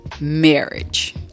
marriage